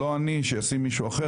לא אני שישים מישהו אחר,